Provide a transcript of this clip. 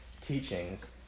teachings